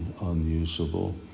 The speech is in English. unusable